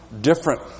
different